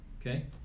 Okay